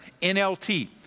NLT